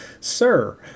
sir